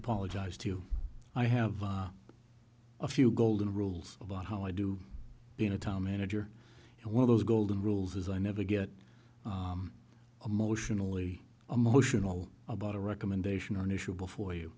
apologize to you i have a few golden rules about how i do you know tom manager and one of those golden rules is i never get emotionally emotional about a recommendation or an issue before you